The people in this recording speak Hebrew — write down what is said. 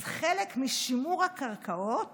אז חלק משימור הקרקעות